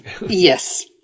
Yes